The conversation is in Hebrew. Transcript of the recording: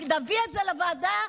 נביא את זה לוועדה